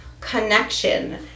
connection